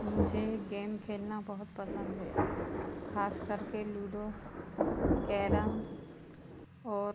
मुझे गेम खेलना बहुत पसंद है ख़ासकर के लूडो कैरम और